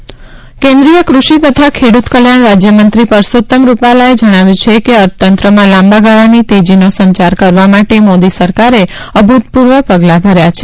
પરસોતમ રૂપાલા અમરેલી કેન્દ્રીય કૃષિ તથા ખેડૂત કલ્યાણ રાજ્યમંત્રી પરસોતમ રૂપાલાએ જણાવ્યું છે કે અર્થતંત્રમાં લાંબાગાળાની તેજીનો સંયાર કરવા માટે મોદી સરકારે અભૂતપૂર્વ પગલાં ભર્યા છે